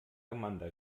amanda